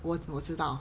我我知道